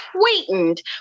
sweetened